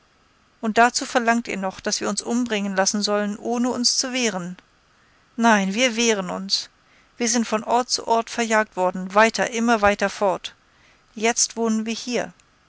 und dazu verlangt ihr noch daß wir uns umbringen lassen sollen ohne uns zu wehren nein wir wehren uns wir sind von ort zu ort verjagt worden weiter immer weiter fort jetzt wohnen wir hier